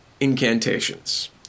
Incantations